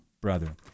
brother